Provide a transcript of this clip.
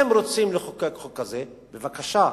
אם רוצים לחוקק חוק כזה, בבקשה,